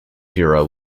bureau